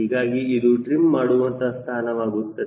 ಹೀಗಾಗಿ ಇದು ಟ್ರಿಮ್ ಮಾಡುವಂತಹ ಸ್ಥಾನವಾಗುತ್ತದೆ